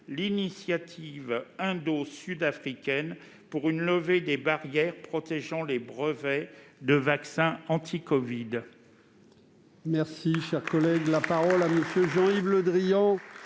l'initiative indo-sud-africaine pour une levée des barrières protégeant les brevets des vaccins anti-covid-19